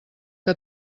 que